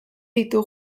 ditu